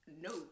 no